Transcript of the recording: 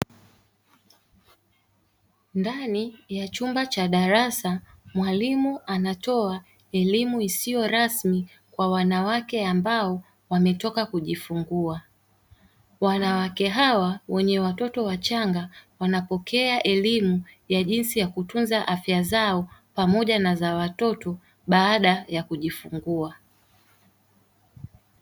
Ndani ya chumba cha darasa mwalimu anatoa elimu isiyo rasmi kwa wanawake ambao wametoka kujifungua. Wanawake hawa wenye watoto wachanga wanapokea elimu ya jinsi ya kutunza afya zao pamoja na za watoto baada ya kujifungua.